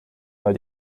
weil